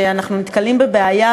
כשאנחנו נתקלים בבעיה,